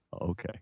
okay